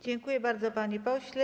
Dziękuję bardzo, panie pośle.